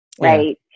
right